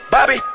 Bobby